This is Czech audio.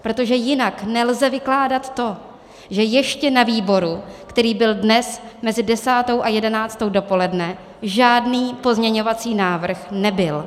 Protože jinak nelze vykládat to, že ještě na výboru, který byl dnes mezi desátou a jedenáctou dopoledne, žádný pozměňovací návrh nebyl.